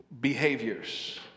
behaviors